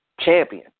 champion